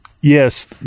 yes